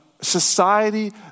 society